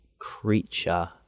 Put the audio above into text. creature